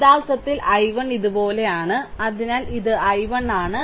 യഥാർത്ഥത്തിൽ i1 ഇതുപോലെയാണ് അതിനാൽ ഇത് i1 ആണ്